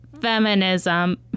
feminism